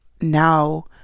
now